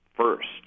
first